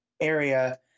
area